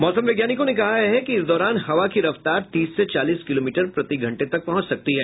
मौसम वैज्ञानिकों ने कहा है कि इस दौरान हवा की रफ्तार तीस से चालीस किलोमीटर प्रतिघंटे तक पहुंच सकती है